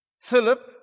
Philip